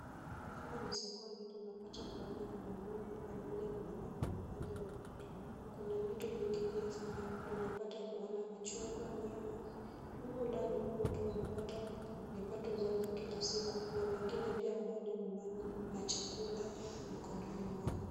Hapa ni sokoni, tunapata kuona wanunuzi pamoja na wanunuaji wa vitu, kuna vitu vingi pia sana, tunapata kuona machungwa nyanya, humu ndani watu wanapata vipato zao za kila siku na wengine pia wanaenda nyumbani na chakula mikononi mwao.